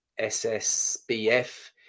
SSBF